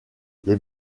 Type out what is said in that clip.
les